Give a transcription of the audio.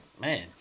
man